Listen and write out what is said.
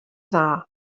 dda